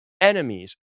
enemies